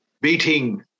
beating